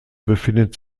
befindet